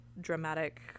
dramatic